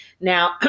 now